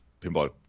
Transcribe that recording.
Pinball